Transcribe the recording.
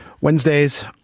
Wednesdays